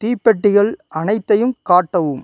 தீப்பெட்டிகள் அனைத்தையும் காட்டவும்